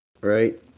Right